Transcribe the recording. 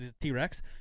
T-Rex